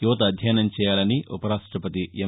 యువత అధ్యయనం చేయాలని ఉపరాష్టపతి ఎం